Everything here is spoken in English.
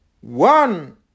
one